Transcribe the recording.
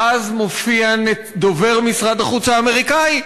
ואז מופיע דובר משרד החוץ האמריקני,